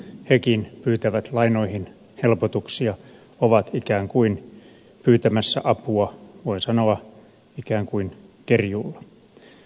hekin pyytävät lainoihin helpotuksia ovat ikään kuin pyytämässä apua voi sanoa ikään kuin kerjuulla